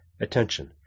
attention